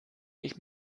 ich